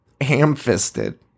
ham-fisted